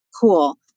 Cool